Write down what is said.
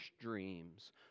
dreams